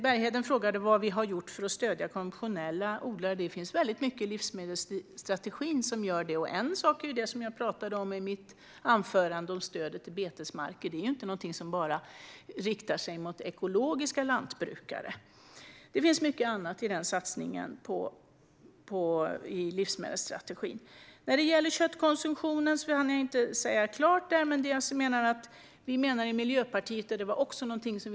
Bergheden frågade vad vi har gjort för att stödja konventionella odlare. Det finns mycket i livsmedelsstrategin som gör det. En sak är det jag talade om i mitt anförande - stödet till betesmarker. Det riktar sig inte bara till ekologiska lantbrukare. Det finns också mycket annat i den strategin. När det gäller köttkonsumtionen hann jag inte säga att Miljöpartiet menar att det i första hand är det utländska köttet som ska minska i Sverige.